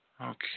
Okay